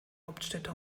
hauptstädte